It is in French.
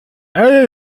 elle